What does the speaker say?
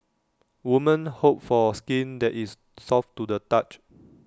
woman hope for skin that is soft to the touch